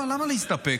למה להסתפק?